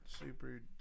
super